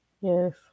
yes